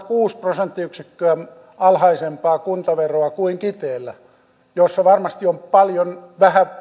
kuusi prosenttiyksikköä alhaisempaa kuntaveroa kuin kiteellä missä varmasti on paljon